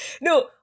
No